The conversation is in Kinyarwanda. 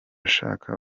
shaka